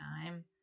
time